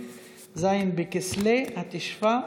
ז' בכסלו התשפ"א,